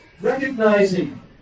recognizing